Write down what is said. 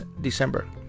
December